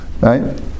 Right